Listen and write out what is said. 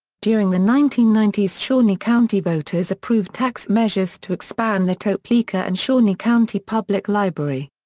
during the nineteen ninety s shawnee county voters approved tax measures to expand the topeka and shawnee county public library.